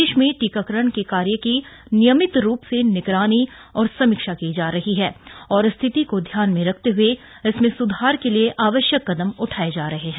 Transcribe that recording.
देश में टीकाकरण के कार्य की नियमित रूप से निगरानी और समीक्षा की जा रही है और स्थिति को ध्यान में रखते हुए इसमें सुधार के लिए आवश्यक कदम उठाए जा रहे हैं